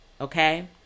Okay